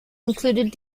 included